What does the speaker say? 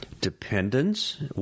Dependence